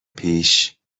پیش